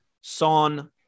Son